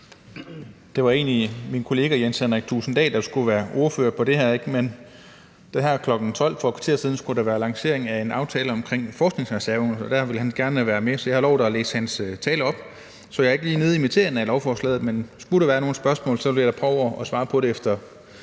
Det var egentlig min kollega Jens Henrik Thulesen Dahl, der skulle have været ordfører på det her, men kl. 12, for et kvarter siden, skulle der være lancering af en aftale om forskningsreserven, og der ville han gerne være med, så jeg har lovet at læse hans tale op. Så jeg er ikke lige nede i materien af lovforslaget, men skulle der være nogen spørgsmål, vil jeg da prøve at svare på det efter